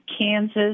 Kansas